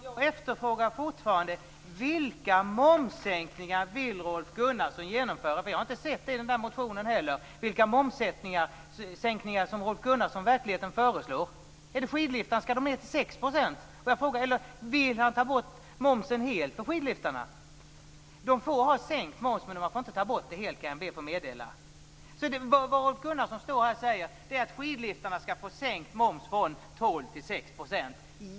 Herr talman! Jag efterfrågar fortfarande vilka momssänkningar Rolf Gunnarsson vill genomföra. Jag har nämligen inte sett i motionen vilka momssänkningar Rolf Gunnarsson i verkligheten föreslår. 6 %? Eller vill han ta bort momsen helt när det gäller skidliftarna? Jag ber att få meddela att man får sänka momsen, men man får inte ta bort den helt. Rolf Gunnarsson står alltså här och säger att när det gäller skidliftarna skall det blir sänkt moms från 12 till 6 %.